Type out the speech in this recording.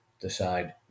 decide